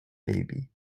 baby